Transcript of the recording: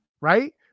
right